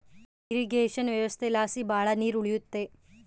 irrigation ವ್ಯವಸ್ಥೆಲಾಸಿ ಭಾಳ ನೀರ್ ಉಳಿಯುತ್ತೆ